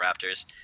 Raptors